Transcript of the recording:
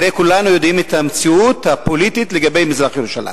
הרי כולנו יודעים את המציאות הפוליטית לגבי מזרח-ירושלים.